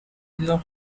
دیدم